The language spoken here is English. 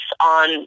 on